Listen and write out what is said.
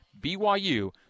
BYU